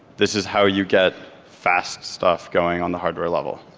this is how you get fast stuff going on the hardware level.